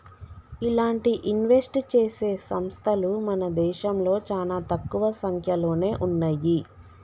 ఇలాంటి ఇన్వెస్ట్ చేసే సంస్తలు మన దేశంలో చానా తక్కువ సంక్యలోనే ఉన్నయ్యి